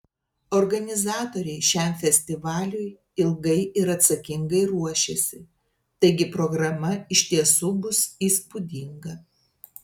organizatoriai šiam festivaliui ilgai ir atsakingai ruošėsi taigi programa iš tiesų bus įspūdinga